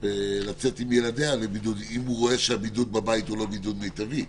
לצאת עם ילדיה לבידוד אם הוא רואה שהבידוד בבית הוא לא בידוד מיטבי.